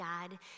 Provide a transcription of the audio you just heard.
God